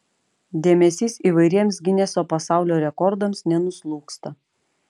dėmesys įvairiems gineso pasaulio rekordams nenuslūgsta